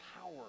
power